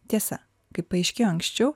tiesa kaip paaiškėjo anksčiau